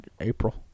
April